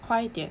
快点